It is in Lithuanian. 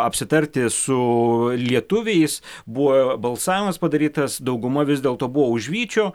apsitarti su lietuviais buvo balsavimas padarytas dauguma vis dėlto buvo už vyčio